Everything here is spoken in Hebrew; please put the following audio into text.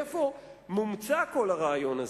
מאיפה מומצא כל הרעיון הזה?